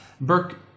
Burke